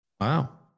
Wow